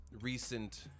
recent